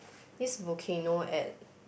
this volcano at